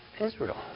Israel